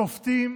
שופטים,